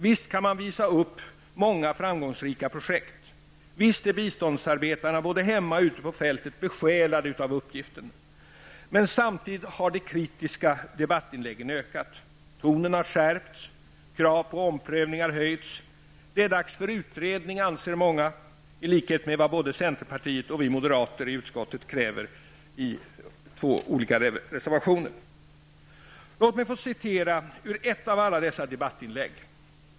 Visst kan man visa upp många framgångsrika projekt. Visst är biståndsarbetarna, både hemma och ute på fältet, besjälade av uppgiften. Men samtidigt har de kritiska debattinläggen ökat. Tonen har skärpts. Krav på omprövning har höjts. Det är dags för utredning, anser många i likhet med vad både centerpartiet och vi moderater i utskottet kräver i två olika reservationer. Låt mig få citera ur ett av alla dessa debattinlägg.